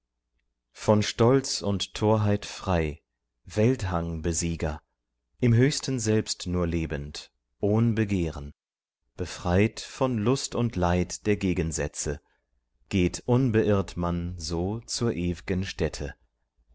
von stolz und torheit frei welthangbesieger im höchsten selbst nur lebend ohn begehren befreit von lust und leid der gegensätze geht unbeirrt man so zur ew'gen stätte